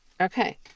Okay